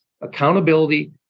accountability